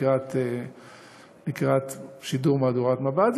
לקראת שידור מהדורת מבט,